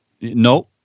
no